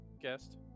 guest